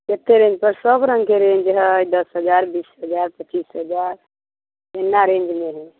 कत्ते रेंजके सभ रङ्गके रेंज है दस हजार बीस हजार पच्चीस हजार एना रेंजमे है